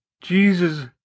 jesus